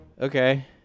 Okay